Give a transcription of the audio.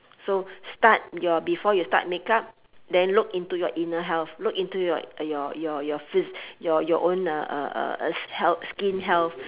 so start your before you start makeup then look into your inner health look into your your your your phys~ your your your own uh uh uh uh health skin health